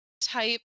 type